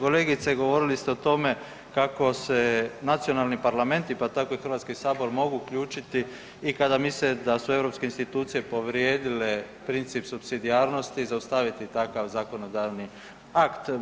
Kolegice govorili ste o tome kako se nacionalni parlamenti pa tako i Hrvatski sabor mogu uključiti i kada misle da su europske institucije povrijedile princip supsidijarnosti, zaustaviti takav zakonodavni akt.